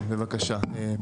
בבקשה,